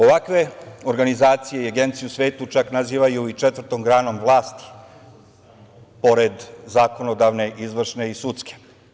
Ovakve organizacije i agencije, u svetu čak nazivaju i četvrtom granom vlasti, pored zakonodavne, izvršne i sudske.